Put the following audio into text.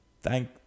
thank